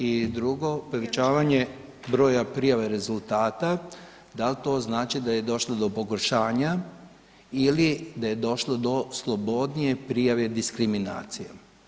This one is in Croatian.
I drugo, povećavanje broja prijave rezultata dal to znači da je došlo do pogoršanja ili da je došlo do slobodnije prijave diskriminacije?